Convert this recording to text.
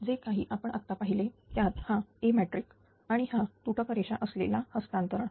जे काही आपण आत्ता पाहिले त्यात हा A मॅट्रिक आणि हा तुटक रेषा असलेला हस्तांतरण